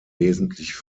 wesentlich